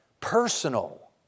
personal